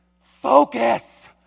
Focus